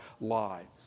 lives